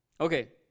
Okay